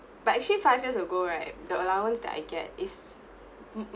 but actually five years ago right the allowance that I get is